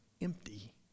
empty